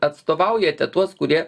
atstovaujate tuos kurie